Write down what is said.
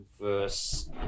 verse